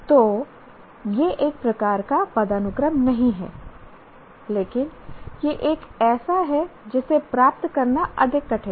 तो यह एक प्रकार का पदानुक्रम नहीं है लेकिन यह एक ऐसा है जिसे प्राप्त करना अधिक कठिन है